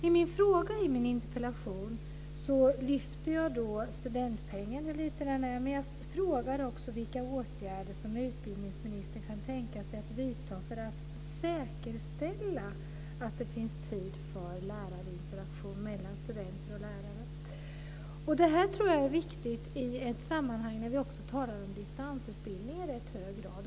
I frågan i min interpellation lyfter jag fram studentpengen och hur liten den är. Men jag frågar också vilka åtgärder utbildningsministern kan tänka sig att vidta för att säkerställa att det finns tid för interaktion mellan studenter och lärare. Det här tror jag är viktigt i ett sammanhang där vi också talar om distansutbildning i rätt hög grad.